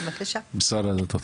משרד הדתות.